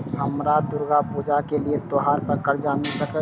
हमरा दुर्गा पूजा के लिए त्योहार पर कर्जा मिल सकय?